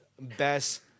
best